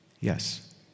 Yes